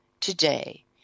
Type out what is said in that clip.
today